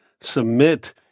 submit